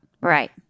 Right